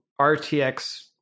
RTX